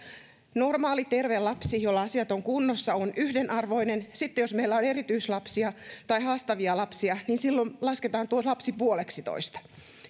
normaali terve lapsi jolla asiat on kunnossa on yhden arvoinen ja sitten jos meillä on erityislapsia tai haastavia lapsia niin silloin lasketaan tuo lapsi puoleksitoista